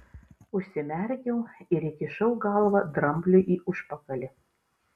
užsimerkiau ir įkišau galvą drambliui į užpakalį